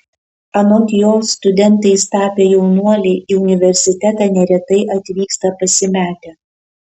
anot jos studentais tapę jaunuoliai į universitetą neretai atvyksta pasimetę